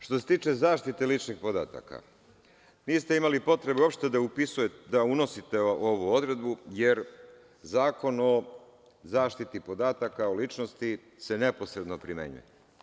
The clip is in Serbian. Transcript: Što se tiče zaštite ličnih podataka, niste imali potrebe uopšte da unosite ovu odredbu jer Zakon o zaštiti podataka o ličnosti se neposredno primenjuje.